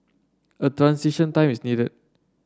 a transition time is needed